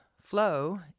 flow